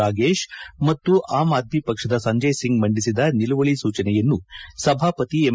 ರಾಗೇಶ್ ಮತ್ತು ಆಮ್ ಆದ್ಮಿ ಪಕ್ಷದ ಸಂಜಯ್ ಸಿಂಗ್ ಮಂಡಿಸಿದ ನಿಲುವಳಿ ಸೂಚನೆಯನ್ನು ಸಭಾಪತಿ ಎಂ